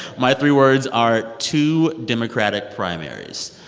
my three words are two democratic primaries